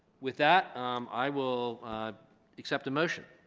with that i will accept a motion.